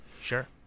Sure